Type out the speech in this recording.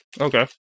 Okay